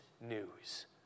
news